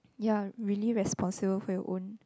ya really responsible for your own